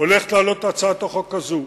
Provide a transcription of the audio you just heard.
הולכת לעלות הצעת החוק הזו.